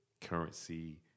Currency